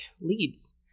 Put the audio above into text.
leads